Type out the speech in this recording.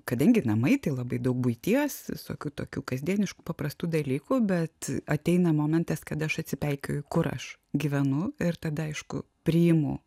kadangi namai tai labai daug buities visokių tokių kasdieniškų paprastų dalykų bet ateina momentas kad aš atsipeikėju kur aš gyvenu ir tada aišku priimu